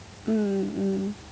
mm mm